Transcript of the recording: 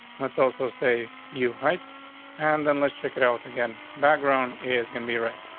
let's also say you heights and then let's check it out again. background is gonna be ready.